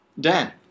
Dan